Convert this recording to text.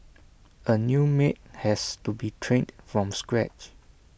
A new maid has to be trained from scratch